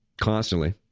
constantly